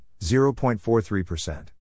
0.43%